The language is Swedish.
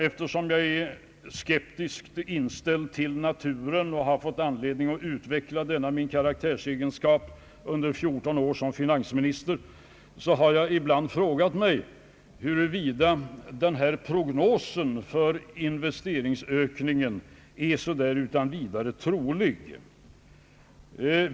Eftersom jag är skeptiskt inställd till min natur och har fått anledning att utveckla denna min karaktärsegenskap under 14 år som finansminister, har jag ibland frågat mig huruvida denna prognos för investeringsökningen är så där utan vidare trolig.